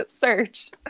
search